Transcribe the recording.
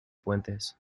puentes